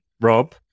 Rob